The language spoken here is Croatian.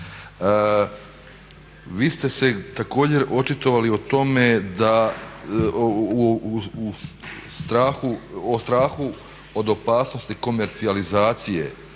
Vi ste se također očitovali o tome da u strahu od opasnosti komercijalizacije